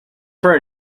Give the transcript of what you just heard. for